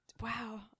Wow